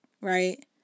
right